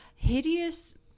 hideous